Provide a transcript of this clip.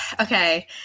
okay